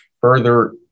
further